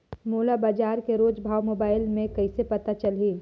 मोला बजार के रोज भाव मोबाइल मे कइसे पता चलही?